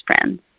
friends